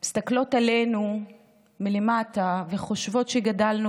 מסתכלים עלינו מלמטה, וחושבים שגדלנו